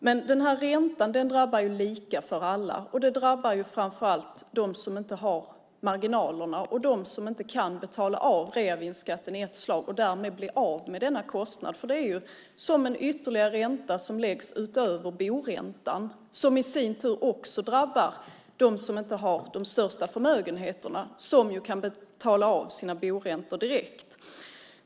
Men räntan drabbar alla lika, och den drabbar framför allt dem som inte har marginalerna och dem som inte kan betala av reavinstskatten i ett slag och därmed bli av med denna kostnad. Det är som en ytterligare ränta som läggs på utöver boräntan, som i sin tur också drabbar dem som inte har de största förmögenheterna och som inte kan betala av sina boräntor direkt.